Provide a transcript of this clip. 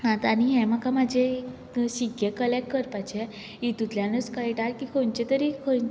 आतां आनी हे म्हाका म्हजें शिक्के कलेक्ट करपाचे हितूंतल्यानूच कयटा की खंनचे तरी